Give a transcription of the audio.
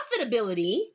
Profitability